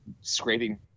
scraping